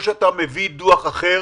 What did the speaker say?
או שאתה מביא דוח אחר,